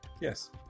Yes